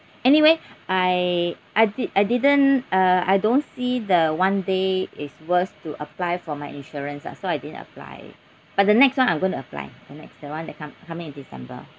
anyway I I d~ I didn't uh I don't see the one day is worse to apply for my insurance ah so I didn't apply but the next one I'm going to apply the next the one that come coming in december